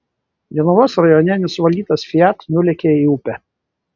jonavos rajone nesuvaldytas fiat nulėkė į upę